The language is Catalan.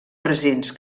presents